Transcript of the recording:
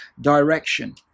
direction